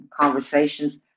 conversations